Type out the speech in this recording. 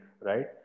right